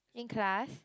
in class